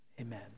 Amen